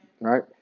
Right